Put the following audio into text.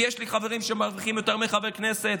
יש לי חברים שמרוויחים יותר מחבר כנסת,